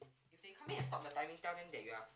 if they come in and stop the timing tell them you are